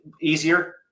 Easier